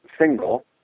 single